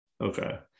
okay